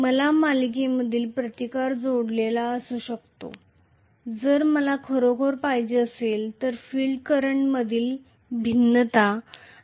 मला सिरीजमध्ये रेझिस्टन्स जोडलेला असू शकतो जर मला फील्ड करंटमधील भिन्नता खरोखर पाहिजे असेल तर